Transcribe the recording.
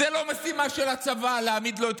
זו לא משימה של הצבא להעמיד לו את